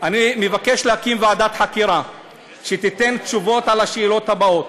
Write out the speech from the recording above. אני מבקש להקים ועדת חקירה שתיתן תשובות על השאלות האלה: